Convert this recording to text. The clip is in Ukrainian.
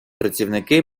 працівники